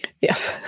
Yes